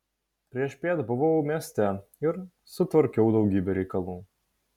priešpiet buvau mieste ir sutvarkiau daugybę reikalų